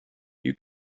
you